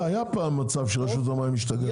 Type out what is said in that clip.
היה פעם מצב שרשות המים השתגעה,